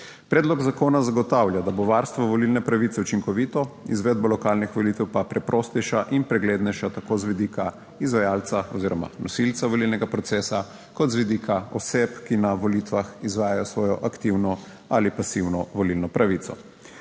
Predlog zakona zagotavlja, da bo varstvo volilne pravice učinkovito, izvedba lokalnih volitev pa preprostejša in preglednejša tako z vidika izvajalca oziroma nosilca volilnega procesa kot z vidika oseb, ki na volitvah izvajajo svojo aktivno ali pasivno volilno pravico.